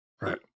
Right